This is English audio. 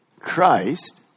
Christ